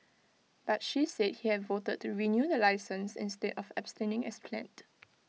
but she said he had voted to renew the licence instead of abstaining as planned